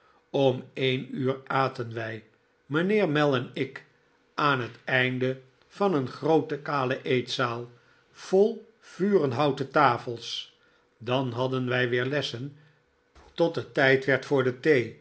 om een uur aten wij mijnheer mell en ik aan het einde van een groote kale eetzaal vol vurenhouten tafels dan hadden wij weer lessen tot het tijd werd voor de thee